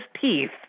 teeth